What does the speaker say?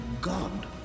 God